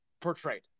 portrayed